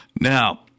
Now